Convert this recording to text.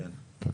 כן.